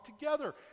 together